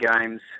Games